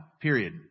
period